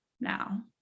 now